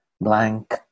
blank